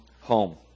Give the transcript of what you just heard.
home